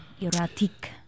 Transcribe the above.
Erotic